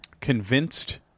convinced